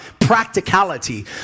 practicality